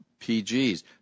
PGs